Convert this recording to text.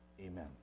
Amen